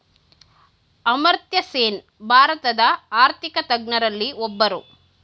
ಅಮರ್ತ್ಯಸೇನ್ ಭಾರತದ ಆರ್ಥಿಕ ತಜ್ಞರಲ್ಲಿ ಒಬ್ಬರು